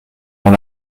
dans